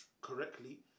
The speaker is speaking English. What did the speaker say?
correctly